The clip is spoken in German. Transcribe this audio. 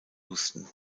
houston